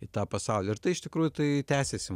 į tą pasaulį ir tai iš tikrųjų tai tęsiasi